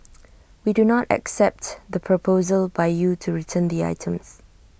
we do not accept the proposal by you to return the items